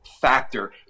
factor